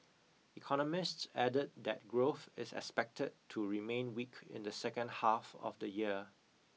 economists added that growth is expected to remain weak in the second half of the year